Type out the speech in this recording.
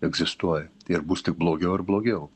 egzistuoja ir bus tik blogiau ir blogiau